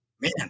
Man